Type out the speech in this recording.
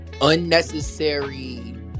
Unnecessary